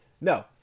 No